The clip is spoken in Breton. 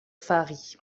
fazi